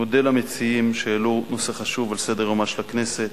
אני מודה למציעים שהעלו נושא חשוב על סדר-יומה של הכנסת.